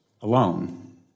alone